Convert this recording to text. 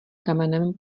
kamenem